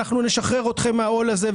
אנחנו נשחרר אתכם מהעול הזה.